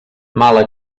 mala